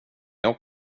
jag